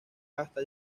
hasta